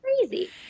crazy